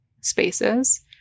spaces